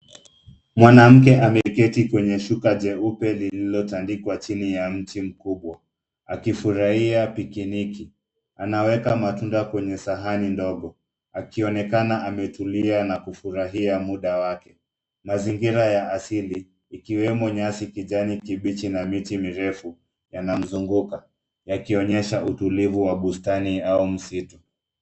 Mwanamke ameketi kwenye shuka jeupe lililotandikwa chini ya mti mkubwa, akifurahia pikiniki. Anaweka matunda kwenye sahani ndogo, akionekana ametulia na kufurahia muda wake. Mazingira ya asili, ikiwemo nyasi kijani kibichi na miti mirefu, yanamzunguka, yakionyesha utulivu wa bustani au msitu.